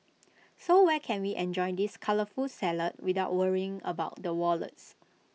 so where can we enjoy this colourful salad without worrying about the wallets